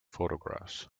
photographs